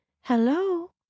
Hello